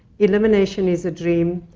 elimination is a dream.